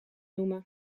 noemen